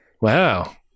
Wow